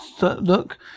look